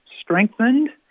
strengthened